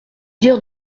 dire